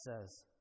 says